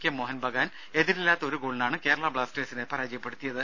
K Mohun Bagan എതിരില്ലാത്ത ഒരു ഗോളിനാണ് കേരള ബ്ലാസ്റ്റേഴ്സിനെ പരാജയപ്പെടുത്തിയത്